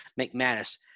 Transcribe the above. McManus